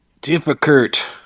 difficult